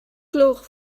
gloch